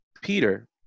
Peter